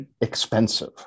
expensive